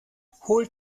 holt